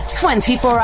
24